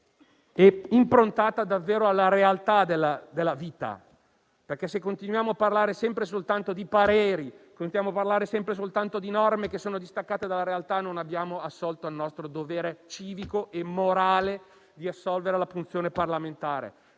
e improntata davvero alla realtà della vita. Se continuiamo a parlare sempre e soltanto di pareri, se continuiamo a parlare sempre soltanto di norme che sono distaccate dalla realtà, non abbiamo svolto il nostro dovere civico e morale di assolvere alla funzione parlamentare.